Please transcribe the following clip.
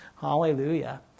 Hallelujah